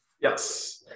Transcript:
yes